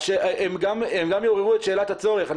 הם גם יעוררו את שאלת הצורך.